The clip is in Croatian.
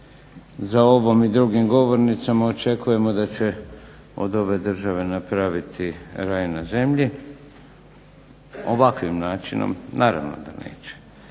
za ovom i drugim govornicama očekujemo da će od ove države napraviti raj na zemlji. Ovakvim načinom naravno da neće.